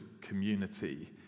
community